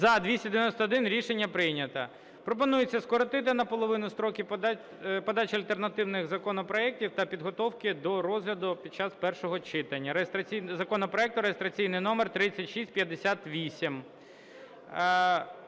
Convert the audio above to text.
За-291 Рішення прийнято. Пропонується скоротити наполовину строки подачі альтернативних законопроектів та підготовки до розгляду під час першого читання законопроекту реєстраційний номер 3658.